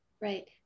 Right